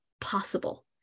possible